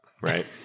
right